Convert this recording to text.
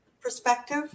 perspective